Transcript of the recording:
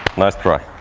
nice try.